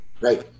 Right